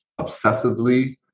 obsessively